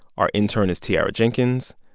our intern is tiara jenkins.